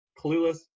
Clueless